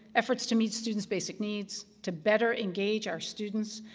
efforts to meet students' basic needs, to better engage our students,